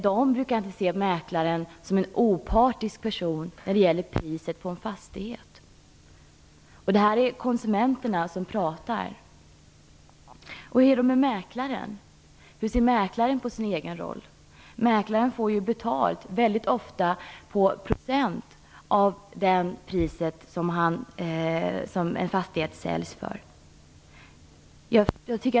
De brukar inte se mäklaren som en opartisk person när det gäller priset på en fastighet. Detta är i alla fall konsumenterna som talar. Och hur är det med mäklaren? Hur ser han på sin egen roll? Mäklaren får ju betalt väldigt ofta i procent av det pris som en fastighet säljs för.